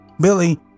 Billy